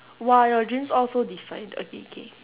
!wah! your dreams all so defined okay K